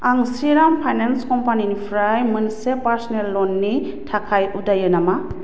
आं श्रीराम फाइनान्स कम्पानियावनिफ्राय मोनसे पार्स'नेल ल'नखौ थाखाय उदायो नामा